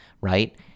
right